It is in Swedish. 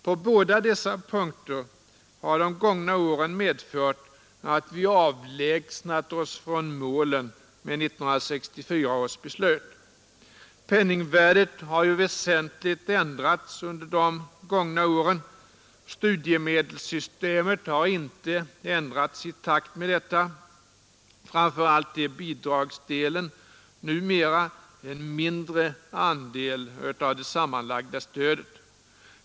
På båda dessa punkter har de gångna åren medfört att vi avlägsnat oss från målen för 1964 års beslut. Penningvärdet har ju väsentligt ändrats under de gångna åren; studiemedelssystemet har dock inte ändrats i takt med detta. Framför allt är bidragsdelen numera en mindre andel av det sammanlagda stödet.